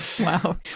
wow